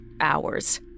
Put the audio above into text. hours